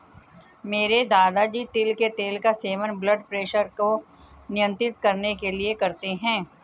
मेरे दादाजी तिल के तेल का सेवन ब्लड प्रेशर को नियंत्रित करने के लिए करते हैं